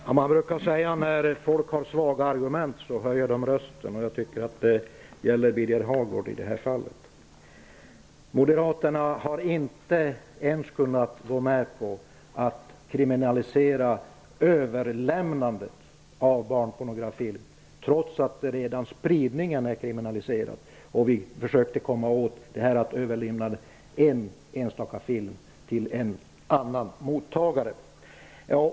Fru talman! Man brukar säga att när folk har svaga argument, höjer de rösten. Jag tycker att detta gäller Birger Hagård i det här fallet. Moderaterna har inte ens kunnat gå med på att kriminalisera överlämnande av barnpornografi, trots att spridningen av barnpornografi redan är kriminaliserad. Vi försökte att komma åt överlämnandet av en enstaka film till en annan mottagare.